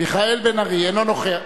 מיכאל בן-ארי אינו נוכח.